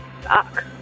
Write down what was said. suck